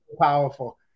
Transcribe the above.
powerful